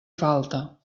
falta